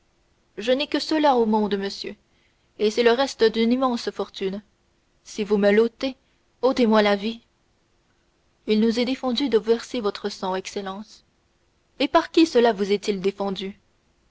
je n'ai que cela au monde monsieur et c'est le reste d'une immense fortune si vous me l'ôtez ôtez-moi la vie il nous est défendu de verser votre sang excellence et par qui cela vous est-il défendu